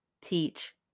teach